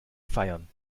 feiern